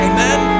Amen